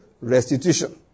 restitution